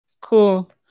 Cool